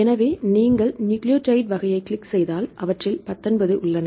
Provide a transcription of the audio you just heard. எனவே நீங்கள் நியூக்ளியோடைடு வகையைக் கிளிக் செய்தால் அவற்றில் 19 உள்ளன